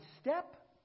step